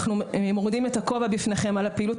אנחנו מורידים את הכובע בפניכן על הפעילות